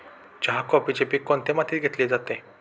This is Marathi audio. चहा, कॉफीचे पीक कोणत्या मातीत घेतले जाते?